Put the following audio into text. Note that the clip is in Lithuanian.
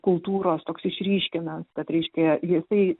kultūros toks išryškinant kad reiškia jisai